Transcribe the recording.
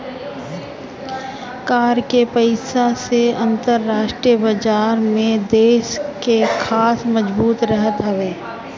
कर के पईसा से अंतरराष्ट्रीय बाजार में देस के साख मजबूत रहत हवे